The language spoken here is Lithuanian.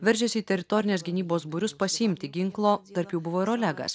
veržėsi į teritorinės gynybos būrius pasiimti ginklo tarp jų buvo ir olegas